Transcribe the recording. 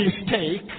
mistake